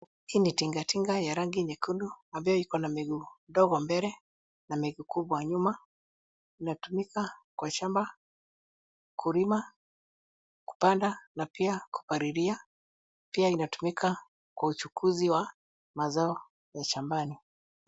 Hii ni tinga tinga ya rangi nyekundu ambayo iko na miguu ndogo mbele na miguu kubwa nyuma. Inatumika kwa shamba kulima, kupanda na pia kupalilia . Pia inatumika kwa uchukuzi wa mazao ya shambani.